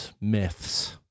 myths